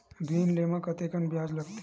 ऋण ले म कतेकन ब्याज लगथे?